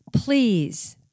Please